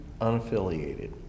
unaffiliated